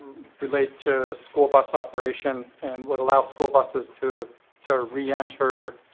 relate to school bus operation and would allow school buses to to reenter